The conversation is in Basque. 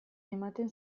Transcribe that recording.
ematen